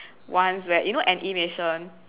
once where you know N_E mation